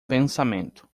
pensamento